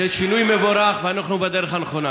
זה שינוי מבורך, ואנחנו בדרך הנכונה.